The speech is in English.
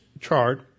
chart